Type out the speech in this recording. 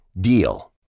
DEAL